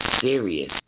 serious